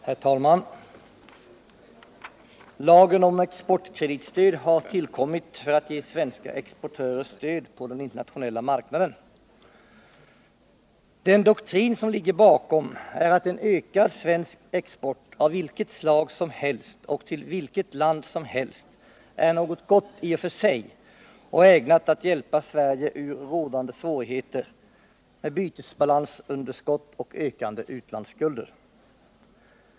Herr talman! Lagen om exportkreditstöd har tillkommit för att ge svenska exportörer stöd på den internationella marknaden. Den doktrin som ligger bakom är att en ökad svensk export av vilket slag som helst och till vilket land som helst är något gott i sig och ägnat att hjälpa Sverige ur rådande svårigheter med bytesbalansunderskott och ökande utlandsskulder.